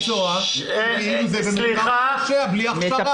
הוא בא בתור איש מקצוע בלי הכשרה.